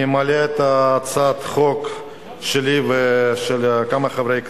אני מעלה את הצעת החוק שלי ושל כמה חברי כנסת,